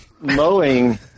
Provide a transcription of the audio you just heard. Mowing